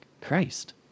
Christ